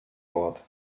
ort